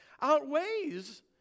outweighs